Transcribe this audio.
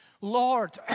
Lord